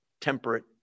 temperate